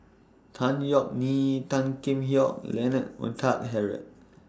Tan Yeok Nee Tan Kheam Hock Leonard Montague Harrod